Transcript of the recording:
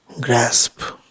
grasp